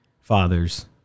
fathers